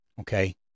Okay